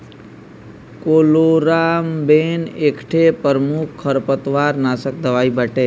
chloramben एकठे प्रमुख खरपतवारनाशक दवाई बाटे